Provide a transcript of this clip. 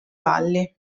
valli